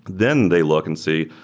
then they look and see,